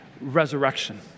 Resurrection